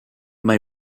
may